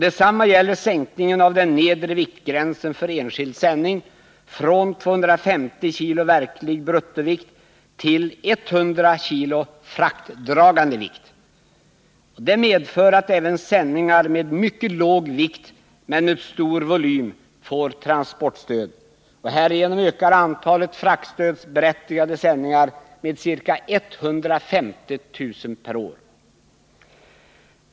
Detsamma gäller sänkningen av den nedre viktgränsen för enskild sändning från 250 kg verklig bruttovikt till 100 kg fraktdragande vikt. Sänkningen medför att även sändningar med mycket låg vikt men med stor volym får transportstöd. Härigenom ökar antalet fraktstödsberättigade sändningar med ca 150 000 per år.